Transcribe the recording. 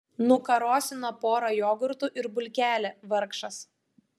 nukarosino pora jogurtų ir bulkelę vargšas